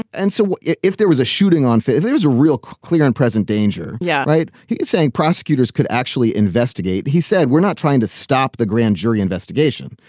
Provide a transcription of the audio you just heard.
and so if there was a shooting on fire there's a real clear and present danger. yeah right. he is saying prosecutors could actually investigate. he said we're not trying to stop the grand jury investigation.